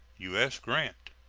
u s. grant.